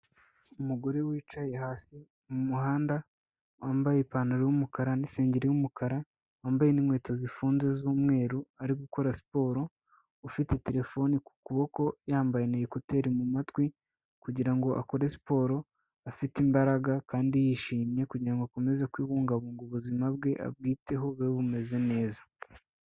Umugore wicaye hasi mu muhanda, wambaye ipantaro y'umukara n'isengeri y'umukara, wambaye n'inkweto zifunze z'umweru ari gukora siporo, ufite terefone ku kuboko yambaye na ekuteri mu matwi kugira ngo akore siporo afite imbaraga kandi yishimye kugira ngo akomeze kubungabunga ubuzima bwe, abwiteho bube bumeze neza.